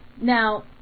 Now